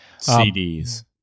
CDs